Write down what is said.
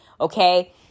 okay